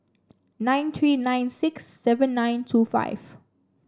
nine three nine six seven nine two five